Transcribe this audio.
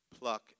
pluck